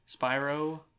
Spyro